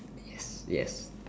yes yes